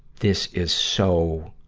this is so,